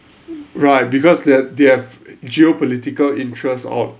right because they they've geopolitical interests on